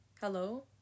hello